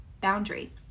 boundary